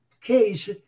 case